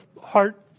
heart